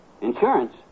Insurance